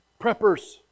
Preppers